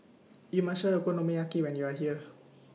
YOU must Try Okonomiyaki when YOU Are here